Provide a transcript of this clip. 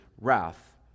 wrath